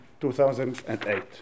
2008